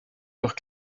leurs